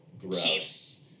gross